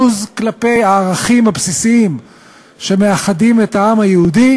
בוז כלפי הערכים הבסיסיים שמאחדים את העם היהודי,